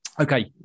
okay